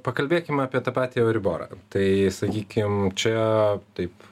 pakalbėkim apie tą patį euriborą tai sakykim čia taip